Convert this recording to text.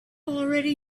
already